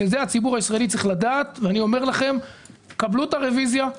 את זה הציבור הישראלי צריך לדעת ואני אומר לכם קבלו את הרוויזיה,